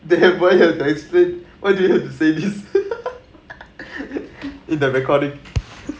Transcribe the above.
why do you have to say this in the recorded